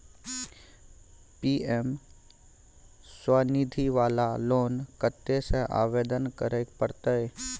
PM Svanidhi वाला loan कत्ते से आवेदन करे परतै?